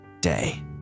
day